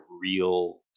real